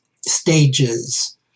stages